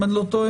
אם איני טועה,